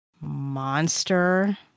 Monster